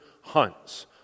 hunts